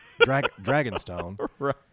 Dragonstone